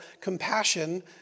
compassion